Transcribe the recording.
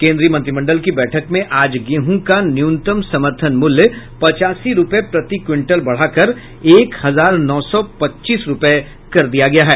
केंद्रीय मंत्रिमंडल की बैठक में आज गेंहू का न्यूनतम समर्थन मूल्य पचासी रुपए प्रति क्विंटल बढ़ाकर एक हजार नौ सौ पच्चीस रुपए कर दिया गया है